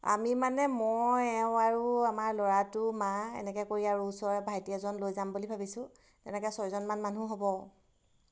আমি মানে মই এওঁ আৰু আমাৰ ল'ৰাটো মা এনেকৈ কৰি আৰু ওচৰৰে ভাইটি এজন লৈ যাম বুলি ভাবিছোঁ তেনেকৈ ছয়জনমান মানুহ হ'ব